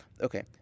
Okay